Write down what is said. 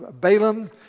Balaam